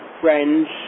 friends